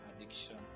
addiction